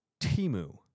Timu